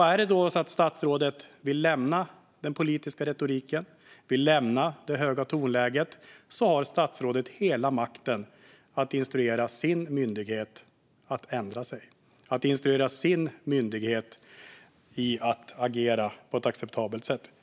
Är det så att statsrådet vill lämna den politiska retoriken och det höga tonläget har statsrådet hela makten att instruera sin myndighet att ändra sig, att instruera sin myndighet att agera på ett acceptabelt sätt.